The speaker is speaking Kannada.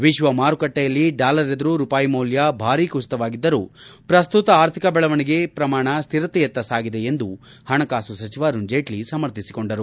ವಿಶ್ವ ಮಾರುಕಟ್ಟೆಯಲ್ಲಿ ಡಾಲರ್ ಎದುರು ರೂಪಾಯಿ ಮೌಲ್ಯ ಭಾರೀ ಕುಸಿತವಾಗಿದ್ದರೂ ಪ್ರಸ್ತುತ ಆರ್ಥಿಕ ಬೆಳವಣಿಗೆ ಪ್ರಮಾಣ ಸ್ಲಿರತೆಯತ್ತ ಸಾಗಿದೆ ಎಂದು ಹಣಕಾಸು ಸಚಿವ ಅರುಣ್ ಜೇಟ್ಷಿ ಸಮರ್ಥಿಸಿಕೊಂಡರು